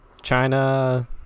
China